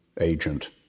agent